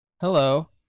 Hello